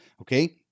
okay